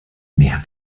mehr